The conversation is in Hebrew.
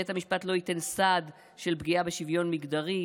בית המשפט לא ייתן סעד של פגיעה בשוויון מגדרי,